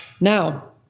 now